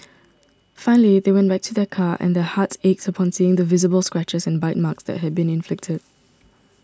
finally they went back to their car and their hearts ached upon seeing the visible scratches and bite marks that had been inflicted